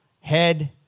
head